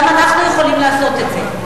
גם אנחנו יכולים לעשות את זה,